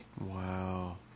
Wow